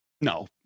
no